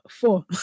four